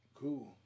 Cool